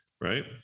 right